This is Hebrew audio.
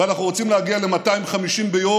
ואנחנו רוצים להגיע ל-250 ביום.